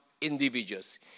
individuals